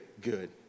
good